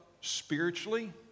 spiritually